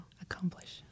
Accomplish